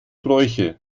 bräuche